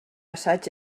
assaig